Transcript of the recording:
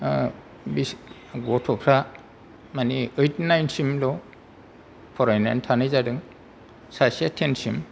बे गथ'फ्रा माने ओइठ नाइन सिमल' फरायनानै थानाय जादों सासेया तेन सिम